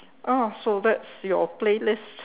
oh so that's your playlist